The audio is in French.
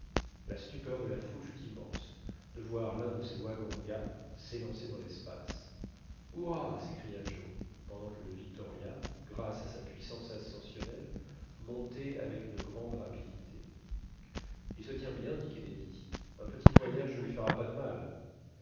la stupeur de la foule fut immense de voir l'un de ses waganga s'élancer dans l'espace hurrah s'écria joe pendant que le victoria grâce à sa puissance ascensionnelle montait avec une grande rapidité il se tient bien dit kennedy un petit voyage ne lui fera pas de mal